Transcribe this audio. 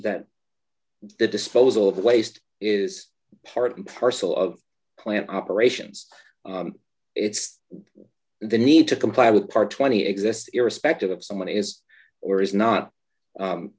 that the disposal of waste is part and parcel of plant operations it's the need to comply with part twenty exists irrespective of someone is or is not